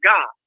God